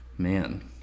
Man